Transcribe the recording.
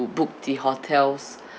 book the hotels